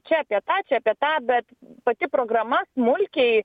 čia apie tą apie tą bet pati programa smulkiai